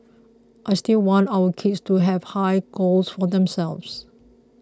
I still want our kids to have high goals for themselves